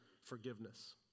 forgiveness